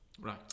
Right